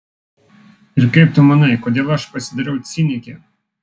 ir kaip tu manai kodėl aš pasidariau cinikė